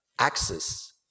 Access